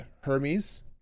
Hermes